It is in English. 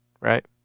right